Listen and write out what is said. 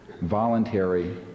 voluntary